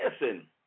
Listen